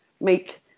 make